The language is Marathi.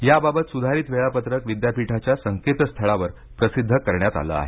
याबाबत सुधारित वेळापत्रक विद्यापीठाच्या संकेतस्थळावर प्रसिध्द करण्यात आले आहे